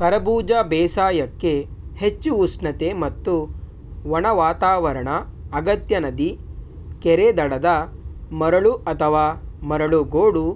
ಕರಬೂಜ ಬೇಸಾಯಕ್ಕೆ ಹೆಚ್ಚು ಉಷ್ಣತೆ ಮತ್ತು ಒಣ ವಾತಾವರಣ ಅಗತ್ಯ ನದಿ ಕೆರೆ ದಡದ ಮರಳು ಅಥವಾ ಮರಳು ಗೋಡು